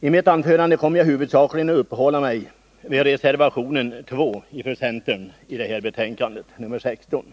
I mitt anförande kommer jag huvudsakligen att uppehålla mig vid reservation 2 i trafikutskottets betänkande 16.